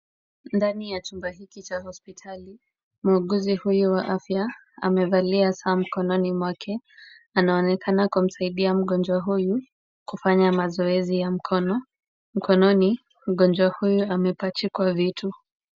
Ndani ya chumba hiki cha hospitali, muuguzi huyu wa afya amevalia saa mkononi mwake. Anaonekana kumsaidia mgonjwa huyu kufanya mazoezi ya mkono. Mkononi mgonjwa huyu amepachikwa vitu.